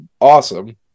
awesome